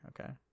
okay